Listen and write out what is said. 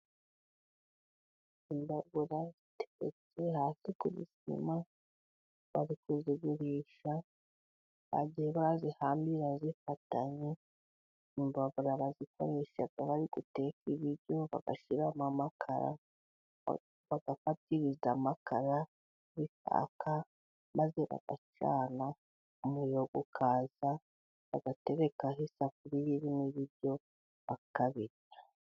Imbabura ziteretse hasi ku gisima bari kuzigurisha baje bazihambire zifatanye. Imbabura bazikoresha bari guteka ibiryo bagashyiramo amakara bagafatisha makara bikakaka maze acyana umuriro ukaza agaterekaho isafuriya iriho ibiryo akabirya.